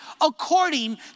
according